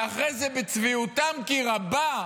ואחרי זה, בצביעותם כי רבה,